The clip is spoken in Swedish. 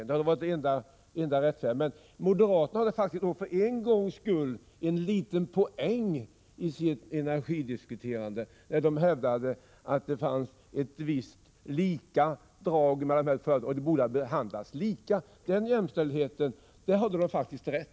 Det hade varit det enda rätta. Moderaterna hade då faktiskt för en gång skull en liten poäng i sin energidiskussion, när de hävdade att det fanns vissa lika drag mellan dessa båda fall och att de borde ha behandlats lika. Där hade de faktiskt rätt.